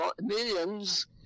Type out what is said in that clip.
millions